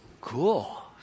cool